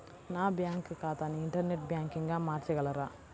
నా బ్యాంక్ ఖాతాని ఇంటర్నెట్ బ్యాంకింగ్గా మార్చగలరా?